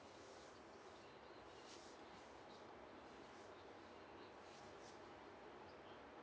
mm